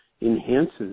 enhances